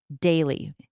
Daily